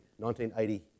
1980